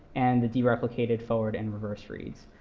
and the dereplicated forward and reverse reads.